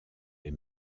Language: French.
les